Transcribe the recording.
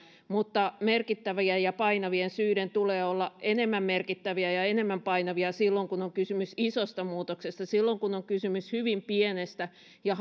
mutta merkittävien ja painavien syiden tulee olla enemmän merkittäviä ja enemmän painavia silloin kun on kysymys isosta muutoksesta nyt kun on kysymys hyvin pienestä ja